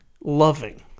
loving